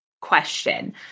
question